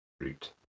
route